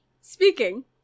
Speaking